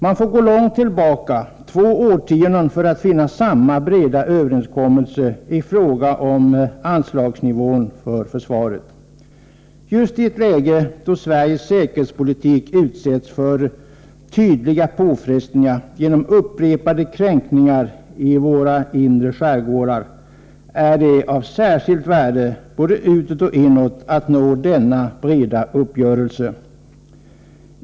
Man får gå långt tillbaka — två årtionden — för att finna samma breda överenskommelse i fråga om anslagsnivån för försvaret. Just i ett läge då Sveriges säkerhetspolitik utsätts för tydliga påfrestningar genom upprepade kränkningar i våra inre skärgårdsområden är det av särskilt värde både utåt och inåt att nå denna breda uppgörelse.